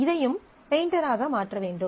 இதையும் பெயிண்டர் ஆக மாற்ற வேண்டும்